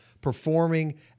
performing